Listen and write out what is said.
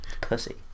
Pussy